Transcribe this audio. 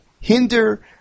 hinder